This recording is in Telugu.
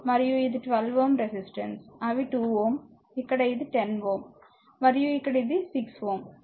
మరియు ఇది 12 Ω రెసిస్టెన్స్ అవి 2Ω ఇక్కడ ఇది 10 Ω మరియు ఇక్కడ ఇది 6 Ω